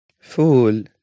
Fool